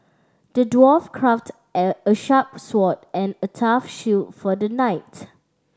the dwarf crafted at a sharp sword and a tough shield for the knight